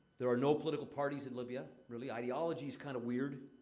there are no political parties in libya. really, ideology is kind of weird.